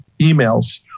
emails